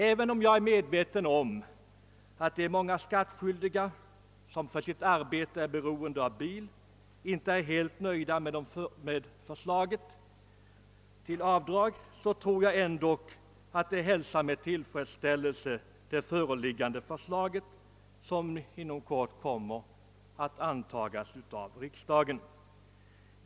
Även om jag är medveten om att många skattskyldiga, som för sitt arbete är beroende av bil, inte är helt nöjda med det föreslagna avdraget, så tror jag att de ändock hälsar med tillfredsställelse den del av förslaget som strax kommer att antagas av kammaren.